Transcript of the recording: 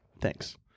Thanks